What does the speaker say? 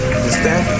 understand